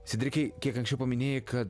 sedrikai kiek anksčiau paminėjai kad